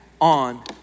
on